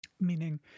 meaning